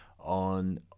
on